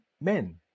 men